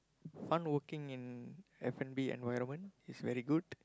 fun working in F-and-B environment it's very good